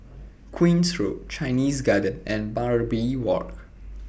Queen's Road Chinese Garden and Barbary Walk